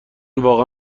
واقعا